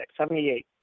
78